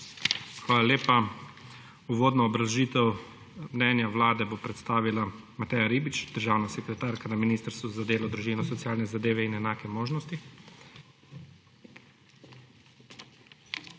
Hvala lepa. Uvodno obrazložitev mnenja Vlade bo predstavila Mateja Ribič, državna sekretarka na Ministrstvu za delo, družino, socialne zadeve in enake možnosti. **MATEJA